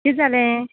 कितें जालें